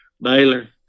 Baylor